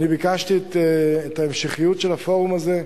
אני ביקשתי את ההמשכיות של הפורום הזה.